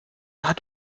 hat